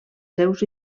seus